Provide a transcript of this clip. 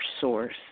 Source